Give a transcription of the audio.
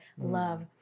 love